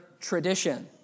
tradition